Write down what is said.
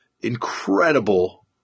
incredible